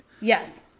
Yes